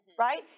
Right